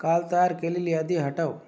काल तयार केलेली यादी हटव